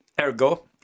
Ergo